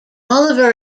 oliver